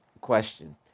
question